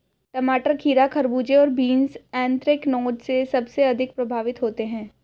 टमाटर, खीरा, खरबूजे और बीन्स एंथ्रेक्नोज से सबसे अधिक प्रभावित होते है